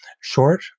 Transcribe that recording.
short